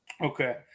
Okay